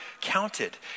counted